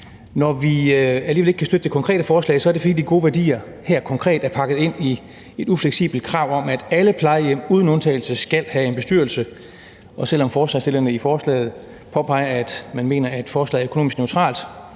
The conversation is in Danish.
når vi alligevel ikke kan støtte det konkrete forslag, er det, fordi de gode værdier her konkret er pakket ind i et ufleksibelt krav om, at alle plejehjem uden undtagelse skal have en bestyrelse. Og selv om forslagsstillerne i forslaget påpeger, at de mener, at forslaget er økonomisk neutralt